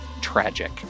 tragic